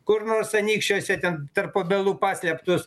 kur nors anykščiuose ten tarp obelų paslėptus